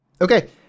Okay